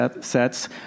sets